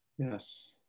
Yes